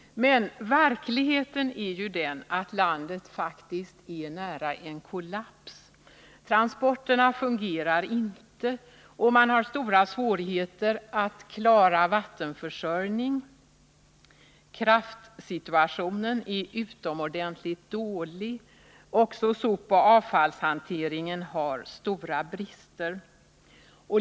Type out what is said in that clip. Men verkligheten är ju den att landet faktiskt är nära en kollaps. Transporterna fungerar inte, och man har stora svårigheter att klara sin vattenförsörjning. Kraftsituationen är utomordentligt dålig. Också sopoch avfallshanteringen har stora brister.